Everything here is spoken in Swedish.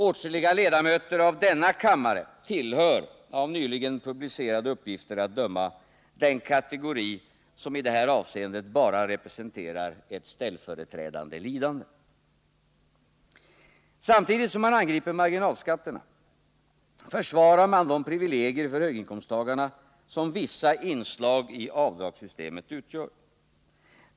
Åtskilliga ledamöter av denna kammare tillhör, av nyligen publicerade uppgifter att döma, den kategori som i detta avseende bara representerar ett ställföreträdande lidande. Samtidigt som de borgerliga angriper marginalskatterna försvarar man de privilegier för höginkomsttagarna som vissa inslag i avdragssystemet utgör.